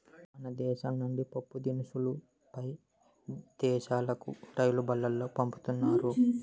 మన దేశం నుండి పప్పుదినుసులు పై దేశాలుకు రైలుబల్లులో పంపుతున్నారు